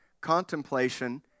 contemplation